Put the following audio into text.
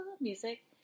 music